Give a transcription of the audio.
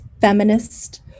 feminist